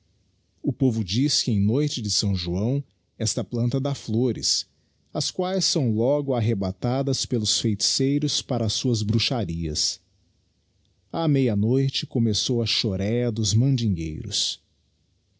o povo diz que em noite de s joão esta planta dá flores as quaes são logo arrebatadas pelos feiticeiros para as suas bruxarias a meia noite começou a choréa dos mandingueiros